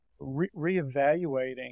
reevaluating